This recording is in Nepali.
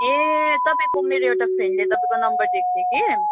ए तपाईँको मेरो एउटा फ्रेन्डले तपाईँको नम्बर दिएको थियो कि